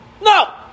No